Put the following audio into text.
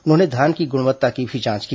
उन्होंने धान की गुणवत्ता की भी जांच की